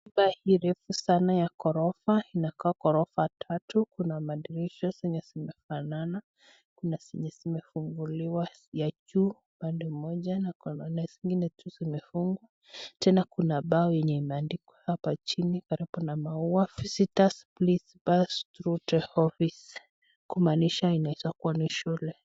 Nyumba hii refu sana ya ghorofa, inakaa gorofa tatu, kuna madirisha zenye zimefanana, kuna zenye zimefunguliwa pande ya juu pande tena kuna mbao hapa chini karibu na maua imeandikwa please pass through the office , kunaanisha inaweza kuwa ni shule.